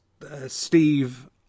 Steve